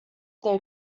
their